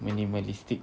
minimalistic